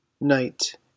Night